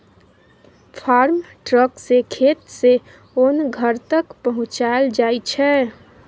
farm truck सँ खेत सँ ओन घर तक पहुँचाएल जाइ छै